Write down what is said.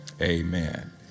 amen